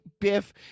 Biff